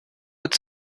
wird